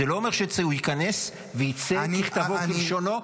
זה לא אומר שהוא ייכנס ויצא ככתבו וכלשונו,